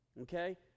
okay